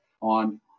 on